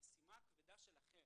במשימה הכבדה שלכם